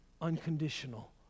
unconditional